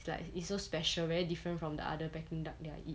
like it's so special very different from the other peking duck that I eat